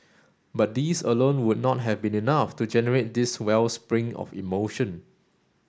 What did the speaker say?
but these alone would not have been enough to generate this wellspring of emotion